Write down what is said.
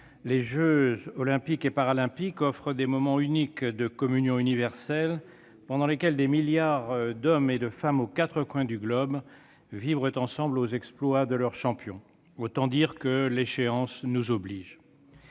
Les jeux Olympiques et Paralympiques offrent des moments uniques de communion universelle, pendant lesquels des milliards d'hommes et de femmes aux quatre coins du globe vibrent ensemble aux exploits de leurs champions. Autant dire que l'échéance nous oblige.